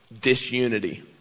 disunity